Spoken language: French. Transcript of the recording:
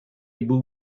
boo